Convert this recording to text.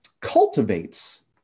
cultivates